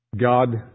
God